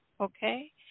okay